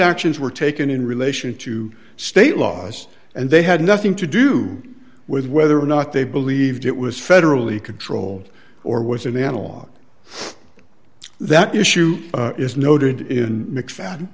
actions were taken in relation to state laws and they had nothing to do with whether or not they believed it was federally controlled or was an analog that issue is noted in mcfadden